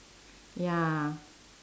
ya